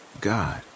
god